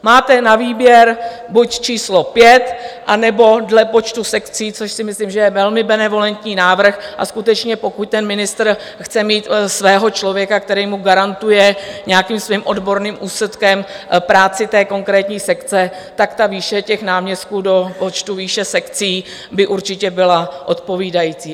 Máte na výběr buď číslo pět, anebo dle počtu sekcí, což si myslím, že je velmi benevolentní návrh, a skutečně, pokud ministr chce mít svého člověka, který mu garantuje nějakým svým odborným úsudkem práci konkrétní sekce, tak výše náměstků do počtu výše sekcí by určitě byla odpovídající.